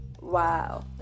Wow